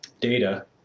data